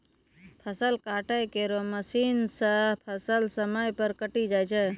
फसल काटै केरो मसीन सें फसल समय पर कटी जाय छै